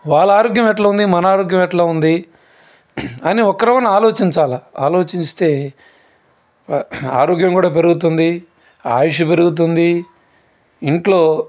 వాళ్ళ ఆరోగ్యం ఎట్లా ఉంది మన ఆరోగ్యం ఎట్లా ఉంది అని ఒకరి రవ్వన్న ఆలోచించాల ఆలోచిస్తే ఆరోగ్యం కూడా పెరుగుతుంది ఆయుషు పెరుగుతుంది ఇంట్లో